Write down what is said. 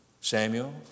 Samuel